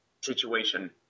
situation